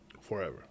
forever